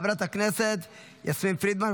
חברת הכנסת יסמין פרידמן,